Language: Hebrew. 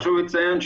חשוב לציין,